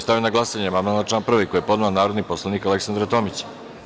Stavljam na glasanje amandman na član 1. koji je podnela narodni poslanik Aleksandra Tomić.